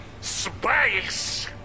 Space